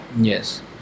Yes